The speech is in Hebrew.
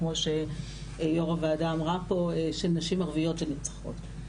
כמו שיו"ר הוועדה אמרה פה של נשים ערביות שנרצחות.